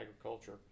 agriculture